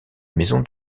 maison